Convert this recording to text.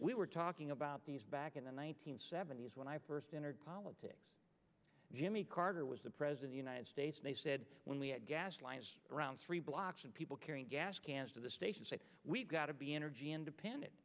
we were talking about these back in the one nine hundred seventy s when i first entered politics jimmy carter was the president united states they said when we had gas lines around three blocks and people carrying gas cans to the station say we've got to be energy independent